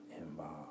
involved